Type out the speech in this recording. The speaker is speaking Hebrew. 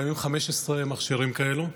קיימים 15 מכשירים כאלה,